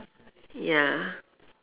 ya